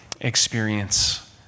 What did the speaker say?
experience